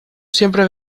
siempre